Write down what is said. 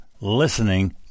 listening